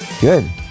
Good